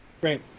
Great